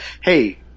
hey